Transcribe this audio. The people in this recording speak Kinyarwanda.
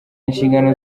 inshingano